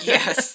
Yes